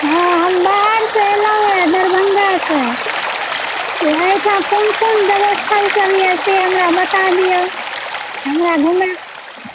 हँ हम बाहरसे एलहुॅं हैॅं दरभङ्गा से एहिठाम कोन कोन देवस्थल सब यऽ से हमरा बता दिऔ हमरा घुमय